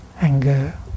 anger